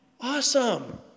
Awesome